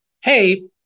hey